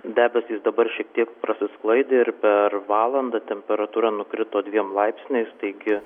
debesys dabar šiek tiek prasisklaidė ir per valandą temperatūra nukrito dviem laipsniais taigi